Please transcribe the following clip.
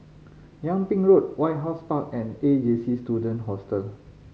Yung Ping Road White House Park and A J C Student Hostel